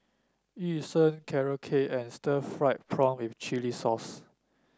Yu Sheng Carrot Cake and Stir Fried Prawn with Chili Sauce